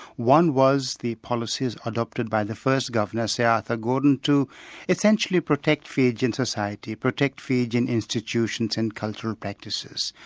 one was the policies adopted by the first governor, sir arthur gordon, to essentially protect fijian society, protect fijian institutions and cultural practices.